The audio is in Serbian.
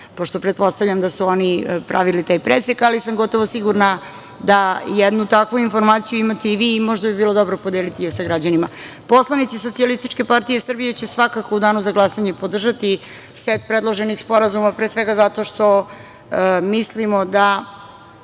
pošto pretpostavljam da su oni pravili taj presek, ali sam gotovo sigurna da jednu takvu informaciju imate i vi i možda bi bilo dobro podeliti je sa građanima. Poslanici SPS će svakako u danu za glasanje podržati set predloženih sporazuma, pre svega zato što mislimo da